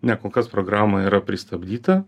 ne kol kas programa yra pristabdyta